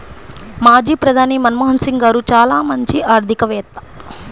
మాజీ ప్రధాని మన్మోహన్ సింగ్ గారు చాలా మంచి ఆర్థికవేత్త